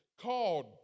called